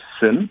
sin